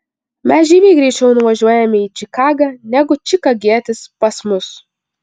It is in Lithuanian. mes žymiai greičiau nuvažiuojame į čikagą negu čikagietis pas mus